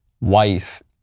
wife